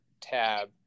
tab